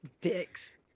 dicks